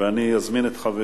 אם כך,